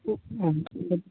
तो